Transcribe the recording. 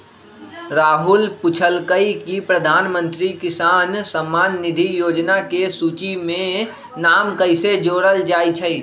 राहुल पूछलकई कि प्रधानमंत्री किसान सम्मान निधि योजना के सूची में नाम कईसे जोरल जाई छई